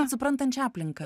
suprantančią aplinką